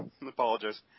apologize